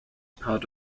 part